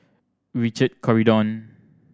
Richard Corridon